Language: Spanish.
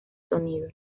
sonido